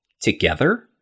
together